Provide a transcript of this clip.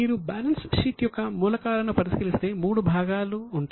మీరు balance sheet యొక్క మూలకాలను పరిశీలిస్తే మూడు భాగాలు ఉంటాయి